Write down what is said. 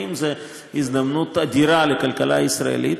זאת הזדמנות אדירה לכלכלה הישראלית,